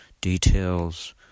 details